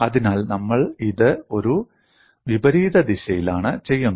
അതിനാൽ നമ്മൾ ഇത് ഒരു വിപരീത രീതിയിലാണ് ചെയ്യുന്നത്